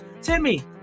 Timmy